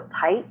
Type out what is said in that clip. tight